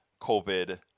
COVID